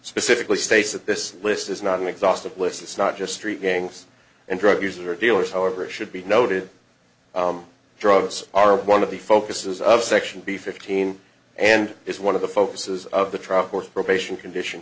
specifically states that this list is not an exhaustive list it's not just street gangs and drug users or dealers however it should be noted drugs are one of the focuses of section b fifteen and is one of the focuses of the trial court probation condition